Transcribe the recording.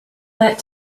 that